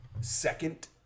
Second